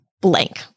blank